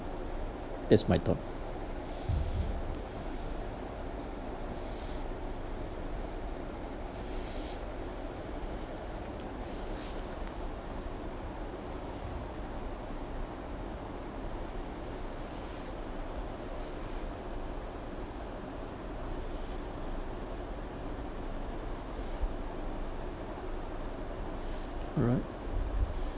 that's my thought alright